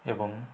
ଏବଂ